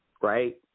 right